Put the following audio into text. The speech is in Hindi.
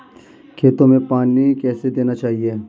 खेतों में पानी कैसे देना चाहिए?